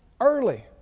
Early